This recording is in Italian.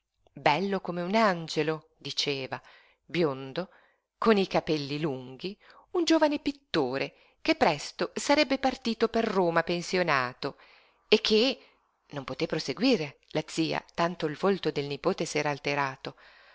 bello come un angiolo diceva biondo coi capelli lunghi un giovine pittore che presto sarebbe partito per roma pensionato e che non poté proseguire la zia tanto il volto del nipote s'era alterato